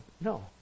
No